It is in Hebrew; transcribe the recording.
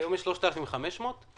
היום יש 3,500 עובדים?